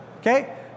Okay